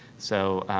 so,